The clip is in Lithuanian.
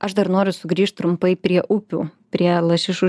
aš dar noriu sugrįžt trumpai prie upių prie lašišų